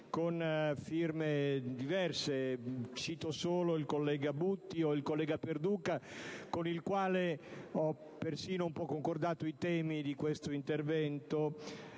con firme diverse (cito solo i colleghi Butti, Perduca, con il quale ho persino concordato i temi di questo intervento,